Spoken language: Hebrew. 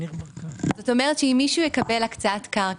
זאת אומרת, אם מישהו יקבל הקצאת קרקע,